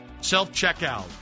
self-checkout